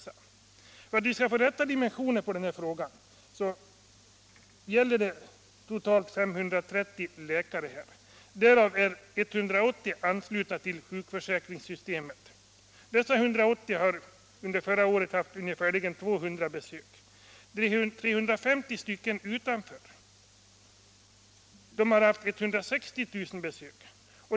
För att, som sagt, vi skall få rätta dimensioner på denna fråga vill jag säga att det totalt gäller 530 läkare. Av dem är 180 anslutna till sjukförsäkringssystemet. Dessa 180 har under förra året haft ungefär 200 000 besök. Det är 350 läkare som står utanför systemet. De har haft 160 000 besök.